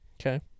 Okay